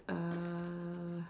uh